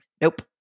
Nope